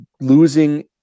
losing